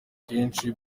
kenshi